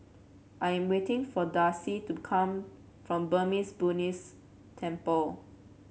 I am waiting for Darcie to come from Burmese Buddhist Temple